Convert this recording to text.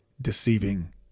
deceiving